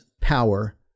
power